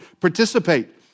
participate